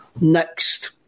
next